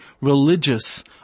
religious